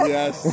Yes